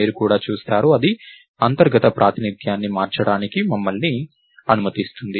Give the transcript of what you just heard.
మీరు కూడా చూస్తారు ఇది అంతర్గత ప్రాతినిధ్యాన్ని మార్చడానికి మిమ్మల్ని అనుమతిస్తుంది